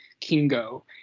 Kingo